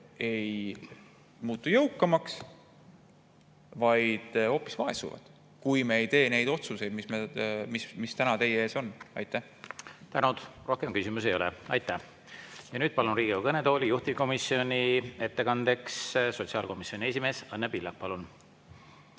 ei muutu jõukamaks, vaid hoopis vaesuvad, kui me ei tee neid otsuseid, mis täna teie ees on. Tänud! Rohkem küsimusi ei ole. Palun Riigikogu kõnetooli juhtivkomisjoni ettekandeks sotsiaalkomisjoni esimehe Õnne Pillaku. Palun!